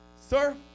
Sir